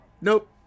nope